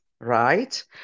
right